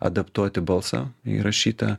adaptuoti balsą įrašytą